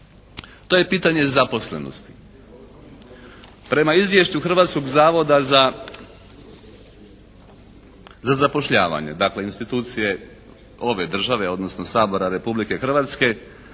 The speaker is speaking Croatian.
To je pitanje zaposlenosti. Prema Izvješću Hrvatskog zavoda za zapošljavanje, dakle institucije ove države, odnosno Sabora Republike Hrvatske